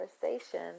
conversation